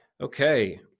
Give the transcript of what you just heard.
Okay